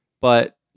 But-